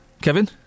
Kevin